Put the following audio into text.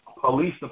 Police